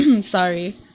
Sorry